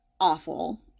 awful